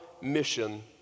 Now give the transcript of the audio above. mission